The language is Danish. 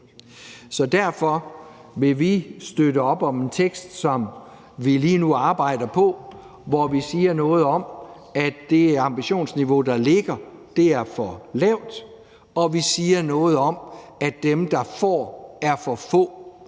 Så derfor vil vi støtte op om en vedtagelsestekst, som vi lige nu arbejder på, hvor vi siger noget om, at det ambitionsniveau, der ligger, er for lavt, og hvor vi siger noget om, at dem, der får, er for få,